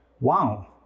Wow